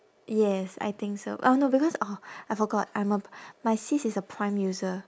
yes I think so I don't know because oh I forgot I'm a p~ my sis is a prime user